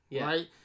right